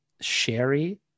Sherry